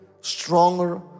stronger